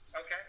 Okay